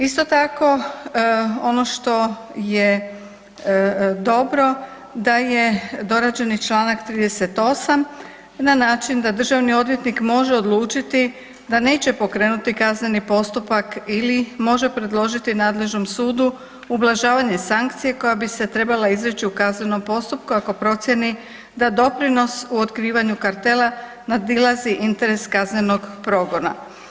Isto tako, ono što je dobro da je dorađen i Članak 38. na način da državni odvjetnik može odlučiti da neće pokrenuti kazneni postupak ili može predložiti nadležnom sudu ublažavanje sankcije koja bi se trebala izreći u kaznenom postupku ako procijeni da doprinos u otkrivanju kartela nadilazi interes kaznenog progona.